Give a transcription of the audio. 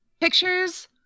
pictures